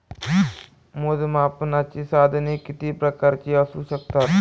मोजमापनाची साधने किती प्रकारची असू शकतात?